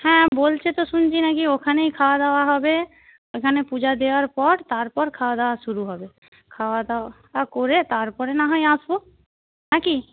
হ্যাঁ বলছে তো শুনছি না কি ওখানেই খাওয়া দাওয়া হবে ওখানে পূজা দেওয়ার পর তারপর খাওয়া দাওয়া শুরু হবে খাওয়া দাওয়া করে তার পরে না হয় আসব নাকি